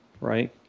right